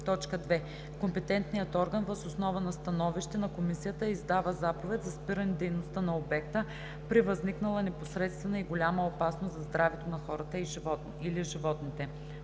или 2. компетентният орган, въз основа на становище на комисията, издава заповед за спиране дейността на обекта – при възникнала непосредствена и голяма опасност за здравето на хората или животните.“